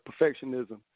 perfectionism